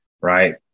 right